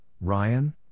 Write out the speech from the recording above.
Ryan